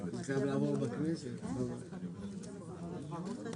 הוא קונה תחנה ושם את המותג שלו.